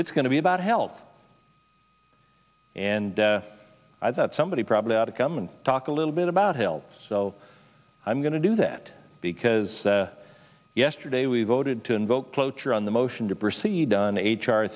it's going to be about health and i thought somebody probably ought to come and talk a little bit about health so i'm going to do that because yesterday we voted to invoke cloture on the motion to proceed on h